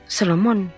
Solomon